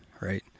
Right